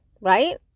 Right